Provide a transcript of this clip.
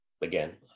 again